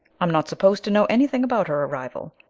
i'm not supposed to know anything about her arrival,